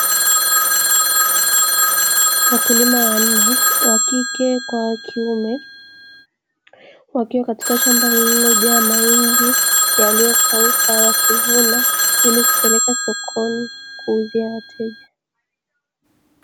Wakulima wanne wa kike kwa wa kiume wakiwa katika shamba lililojaa mahindi yaliyokauka, yakivunwa ili kupelekwa sokoni kuuzia wateja.